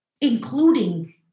including